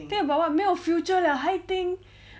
think about what 没有 future liao 还 think